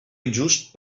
injust